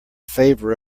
favor